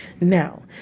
Now